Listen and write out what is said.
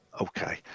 Okay